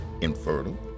infertile